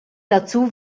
dazu